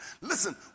Listen